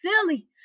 silly